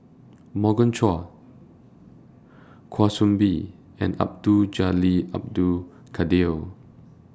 Morgan Chua Kwa Soon Bee and Abdul Jalil Abdul Kadir